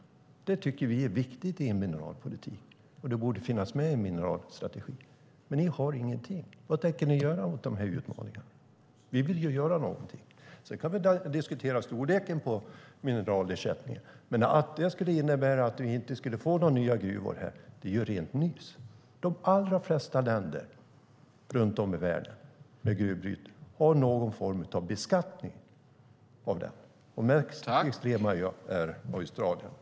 Detta tycker vi är viktigt i en mineralpolitik, och det borde finnas med i en mineralstrategi. Men ni har ingenting. Vad tänker ni göra åt dessa utmaningar? Vi vill ju göra något. Storleken på mineralersättningen kan diskuteras men att det skulle innebära att vi inte får några nya gruvor är rent nys. De allra flesta länder i världen med gruvbrytning har någon form av beskattning av den. Extremast är det i Australien.